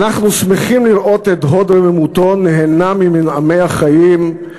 אנחנו שמחים לראות את הוד רוממותו נהנה ממנעמי החיים,